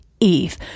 Eve